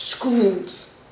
schools